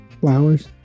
Flowers